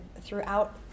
throughout